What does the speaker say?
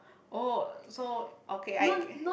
oh so okay I